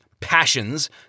passions